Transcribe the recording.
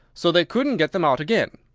so they couldn't get them out again.